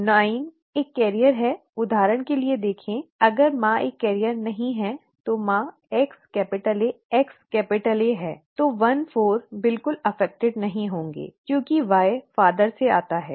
संभावना कि 9 एक वाहक है उदाहरण के लिए देखें अगर माँ एक वाहक नहीं है तो माँ XAXA है तो 14 बिल्कुल प्रभावित नहीं होंगे क्योंकि Y पिता से आता है